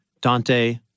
Dante